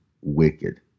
wicked